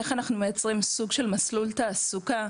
איך אנחנו מייצרים סוג של מסלול תעסוקה,